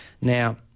Now